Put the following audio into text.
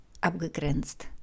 abgegrenzt